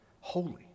holy